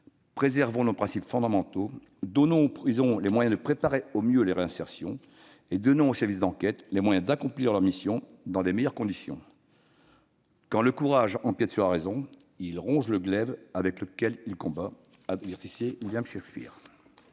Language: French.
Préservons nos principes fondamentaux ; donnons aux prisons les moyens de préparer au mieux la réinsertion et aux services d'enquête les moyens d'accomplir leur mission dans les meilleures conditions. « Quand le courage empiète sur la raison, il ronge le glaive avec lequel il combat » avertissait William Shakespeare.